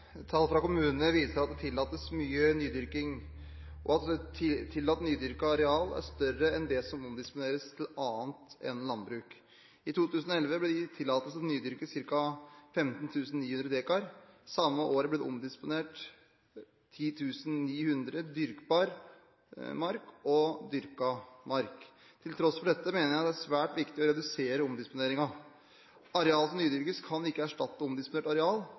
Tall fra kommunene viser at det tillates mye nydyrking, og at tillatt nydyrket areal er større enn det som omdisponeres til annet enn landbruk. I 2011 ble det gitt tillatelse til å nydyrke ca. 15 900 dekar. Samme år ble det omdisponert 10 900 dekar dyrkbar mark og dyrket mark. Til tross for dette mener jeg det er svært viktig å redusere omdisponeringen. Areal som nydyrkes, kan ikke erstatte omdisponert areal.